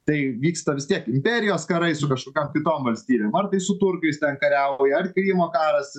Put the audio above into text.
tai vyksta vis tiek imperijos karai su kažkokiom kitom valstybėm ar tai su turkais ten kariauja ar krymo karas